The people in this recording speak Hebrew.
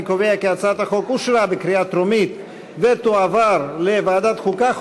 אני קובע שהצעת החוק אושרה בקריאה טרומית ותועבר לוועדת החוקה,